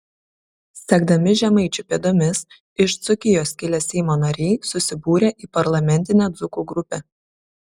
sekdami žemaičių pėdomis iš dzūkijos kilę seimo nariai susibūrė į parlamentinę dzūkų grupę